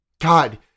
God